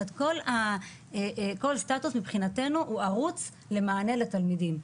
כל סטטוס, מבחינתנו, הוא ערוץ למענה לתלמידים.